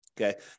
Okay